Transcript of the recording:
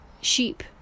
sheep